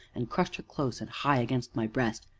and crushed her close and high against my breast.